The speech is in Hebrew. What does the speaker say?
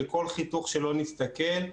בכל חיתוך שלא נסתכל,